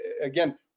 again